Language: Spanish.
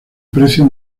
precio